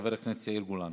חבר הכנסת יאיר גולן,